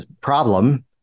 problem